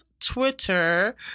Twitter